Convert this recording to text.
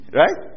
right